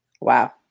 Wow